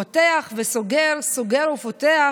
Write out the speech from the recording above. פותח וסוגר, סוגר ופותח.